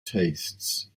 tastes